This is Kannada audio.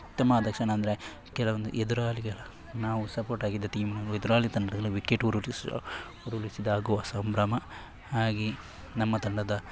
ಉತ್ತಮವಾದ ಕ್ಷಣ ಅಂದರೆ ಕೆಲವೊಂದು ಎದುರಾಳಿಗಳ ನಾವು ಸಪೋರ್ಟಾಗಿದ್ದ ಟೀಮ್ನ ಎದುರಾಳಿ ತಂಡಗಳ ವಿಕೆಟ್ ಉರುಳಿಸುವ ಉರುಳಿಸಿದಾಗುವ ಸಂಭ್ರಮ ಹಾಗೆ ನಮ್ಮ ತಂಡದ